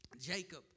Jacob